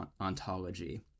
ontology